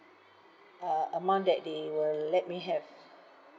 uh amount that they will let me have